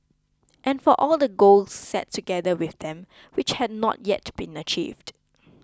and for all the goals set together with them which had not yet been achieved